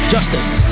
Justice